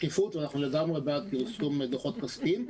שקיפות ובעד פרסום הדוחות הכספיים.